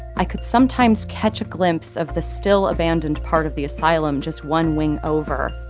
i could sometimes catch a glimpse of the still abandoned part of the asylum, just one wing over.